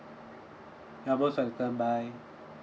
you're most welcome bye